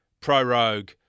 prorogue